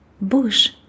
bush